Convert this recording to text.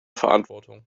verantwortung